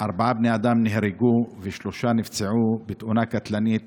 ארבעה בני אדם נהרגו ושלושה נפצעו בתאונה קטלנית